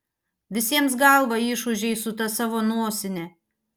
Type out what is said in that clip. visiems galvą išūžei su ta savo nosine